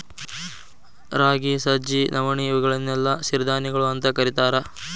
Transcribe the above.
ರಾಗಿ, ಸಜ್ಜಿ, ನವಣಿ, ಇವುಗಳನ್ನೆಲ್ಲ ಸಿರಿಧಾನ್ಯಗಳು ಅಂತ ಕರೇತಾರ